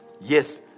yes